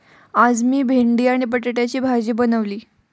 आज मी भेंडी आणि बटाट्याची भाजी बनवली